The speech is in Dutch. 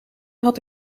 had